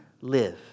live